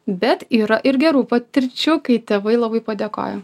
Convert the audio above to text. bet yra ir gerų patirčių kai tėvai labai padėkoja